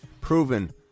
Proven